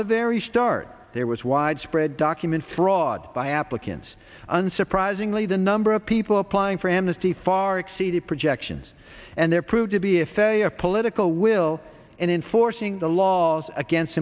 the very start there was widespread document fraud by applicants and surprisingly the number of people applying for amnesty far exceeded projections and there proved to be a fairy a political will in enforcing the laws against